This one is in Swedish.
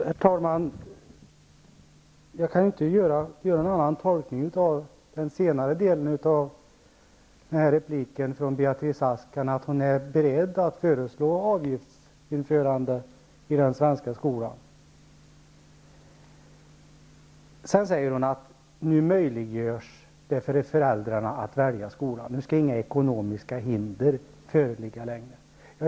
Herr talman! Jag kan inte göra någon annan tolkning av den senare delen av repliken från Beatrice Ask än att hon är beredd att föreslå införande av avgifter i den svenska skolan. Hon säger att man nu ger föräldrarna möjlighet att välja skola. Nu skall inte längre några ekonomiska hinder föreligga.